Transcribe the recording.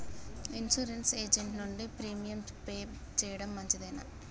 Insurance agent నుండి premium pay చేయడం మంచిదేనా?